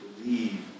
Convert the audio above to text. believe